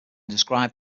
described